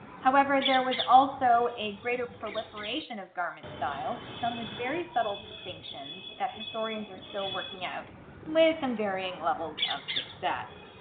however there was also a greater proliferation of garment styles, some with very subtle distinctions that historians are still working out with some varying levels of success.